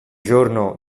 giorno